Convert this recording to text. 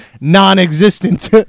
non-existent